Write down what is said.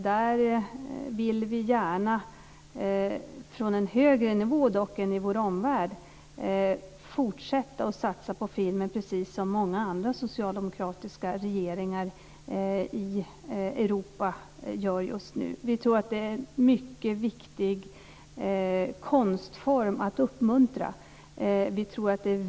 Vi vill gärna från en högre nivå fortsätta att satsa på film precis som många andra socialdemokratiska regeringar i Europa gör just nu. Vi tror att det är en mycket viktig konstform att uppmuntra.